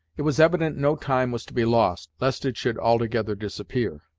it was evident no time was to be lost, lest it should altogether disappear.